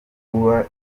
kuba